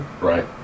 right